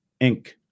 Inc